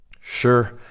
Sure